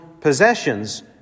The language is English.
possessions